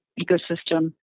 ecosystem